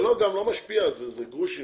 זה גם לא משפיע על זה, זה גרושים,